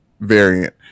variant